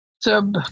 sub